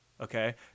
okay